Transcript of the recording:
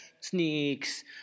sneaks